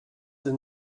the